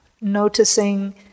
noticing